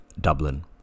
Dublin